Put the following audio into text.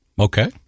Okay